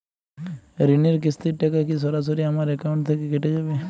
ঋণের কিস্তির টাকা কি সরাসরি আমার অ্যাকাউন্ট থেকে কেটে যাবে?